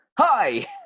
hi